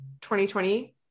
2020